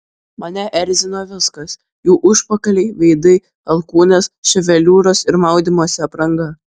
mane erzino viskas jų užpakaliai veidai alkūnės ševeliūros ir maudymosi apranga